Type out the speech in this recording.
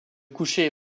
couché